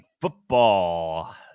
Football